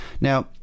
Now